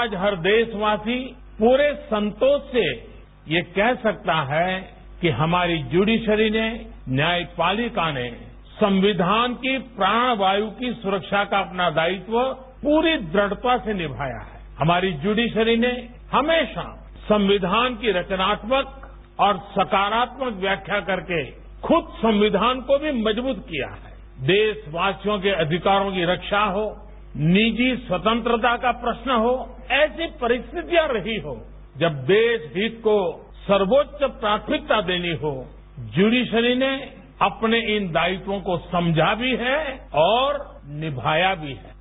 आज हर देशवासी पूरे संतोष से ये कह सकता है कि हमारी ज्यूडिशरी ने न्यायपालिका ने संविधान की प्राण वायु की सुरक्षा का अपना दायित्व पूरी दृढ़ता से निभाया है हमारी ज्यूडिशरी ने हमेशा संविधान की रचनात्मक और सकारात्मक व्याख्या करके खुद संविधान को भी मजब्रत किया है देशवासियों के अधिकारों की रक्षा हो निजी स्वतंत्रता का प्रश्न हो ऐसी परिस्थितियां रही हों जब देश हित को सर्वोच्च प्राथमिकता देनी हो ज्यूडिशरी ने अपने इन दायित्वों को समझा भी है और निभाया भी है